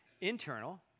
internal